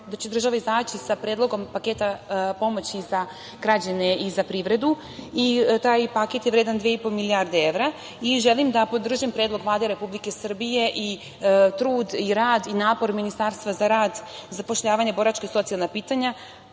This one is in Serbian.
da će država izaći sa predlogom paketa pomoći za građane i za privredu i taj paket je vredan 2,5 milijardi evra. Želim da podržim predlog Vlade Republike Srbije i trud i rad i napor Ministarstva za rad, zapošljavanje, boračka i socijalna pitanja